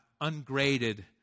ungraded